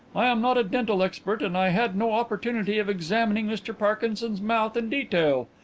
i am not a dental expert and i had no opportunity of examining mr parkinson's mouth in detail.